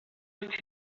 those